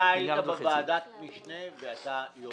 היית בוועדת משנה ואתה יודע?